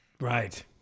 Right